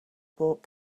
bought